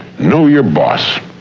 know your boss.